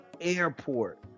airport